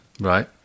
Right